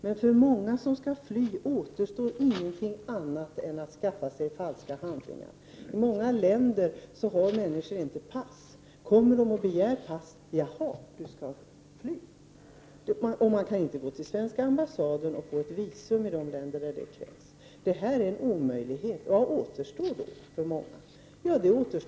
Men för många människor som tänker fly återstår inget annat än att skaffa sig falska handlingar. I många länder har människor inte något pass. När människor i sådana länder kommer och begär pass, tänker man: Jaha, du tänker fly. Dessutom kan människor i sådana här länder inte gå till den svenska ambassaden för att få ett visum. Det är en omöjlighet. Vad återstår då för många människor?